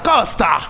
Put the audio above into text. Costa